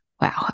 Wow